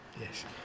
Yes